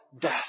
death